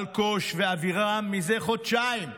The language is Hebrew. אלקוש ואבירים מזה חודשיים,